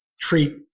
treat